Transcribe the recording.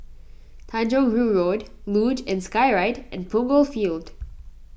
Tanjong Rhu Road Luge and Skyride and Punggol Field